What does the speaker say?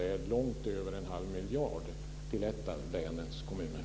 Det är långt över en halv miljard till ett av länens kommuner?